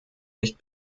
nicht